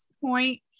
point